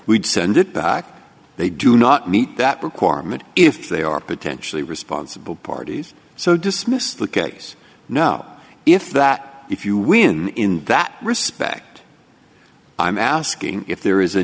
we'd send it back they do not meet that requirement if they are potentially responsible parties so dismiss the case no if that if you win in that respect i'm asking if there is a